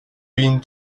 being